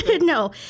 no